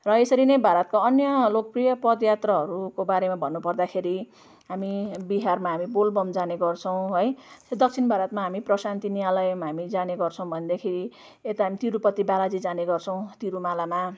र यसरी नै भारतका अन्य लोकप्रिय पदयात्राको बारेमा भन्नुपर्दाखेरि हामी बिहारमा हामी बोलबम जाने गर्छौँ है त्यो दक्षिण भारतमा हामी प्रशान्ति निलयम हामी जाने गर्छौँ भनेदेखि यता हामी तिरुपति बालाजी जाने गर्छौँ तिरुमालामा